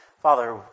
Father